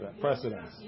precedence